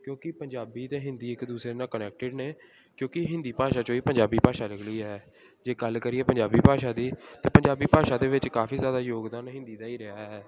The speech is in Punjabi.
ਕਿਉਂਕਿ ਪੰਜਾਬੀ ਅਤੇ ਹਿੰਦੀ ਇੱਕ ਦੂਸਰੇ ਨਾਲ ਕਨੈਕਟਡ ਨੇ ਕਿਉਂਕਿ ਹਿੰਦੀ ਭਾਸ਼ਾ 'ਚੋਂ ਹੀ ਪੰਜਾਬੀ ਭਾਸ਼ਾ ਨਿਕਲੀ ਹੈ ਜੇ ਗੱਲ ਕਰੀਏ ਪੰਜਾਬੀ ਭਾਸ਼ਾ ਦੀ ਤਾਂ ਪੰਜਾਬੀ ਭਾਸ਼ਾ ਦੇ ਵਿੱਚ ਕਾਫੀ ਜ਼ਿਆਦਾ ਯੋਗਦਾਨ ਹਿੰਦੀ ਦਾ ਹੀ ਰਿਹਾ ਹੈ